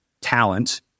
talent